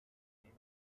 nymph